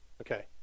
Okay